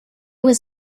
was